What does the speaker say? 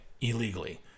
illegally